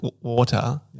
water